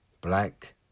Black